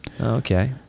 Okay